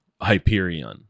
Hyperion